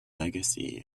legacy